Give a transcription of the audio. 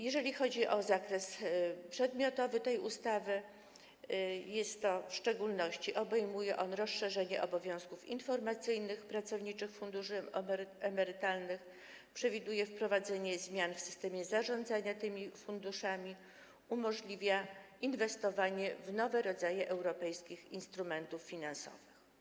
Jeżeli chodzi o zakres przedmiotowy tej ustawy, to w szczególności obejmuje on rozszerzenie obowiązków informacyjnych pracowniczych funduszy emerytalnych, wprowadzenie zmian w systemie zarządzania tymi funduszami, inwestowanie w nowe rodzaje europejskich instrumentów finansowych.